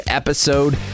episode